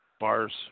Bars